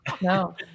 No